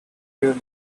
hear